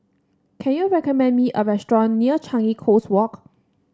can you recommend me a restaurant near Changi Coast Walk